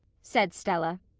said stella.